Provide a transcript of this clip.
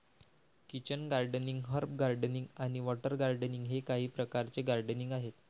kitchen gardening, herb gardening आणि water gardening हे काही प्रकारचे गार्डनिंग आहेत